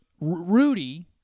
Rudy